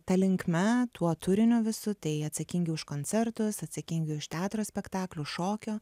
ta linkme tuo turiniu visu tai atsakingi už koncertus atsakingi už teatro spektaklių šokio